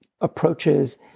approaches